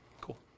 cool